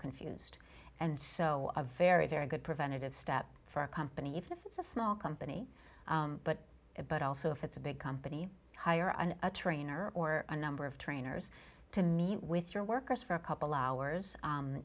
confused and so a very very good preventative step for a company even if it's a small company but a but also if it's a big company hire an a trainer or a number of trainers to meet with your workers for a couple hours